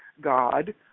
God